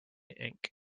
ink